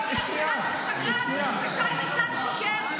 זה אינטרס שלי להוכיח שאלשיך שקרן ושי ניצן שיקר,